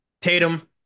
Tatum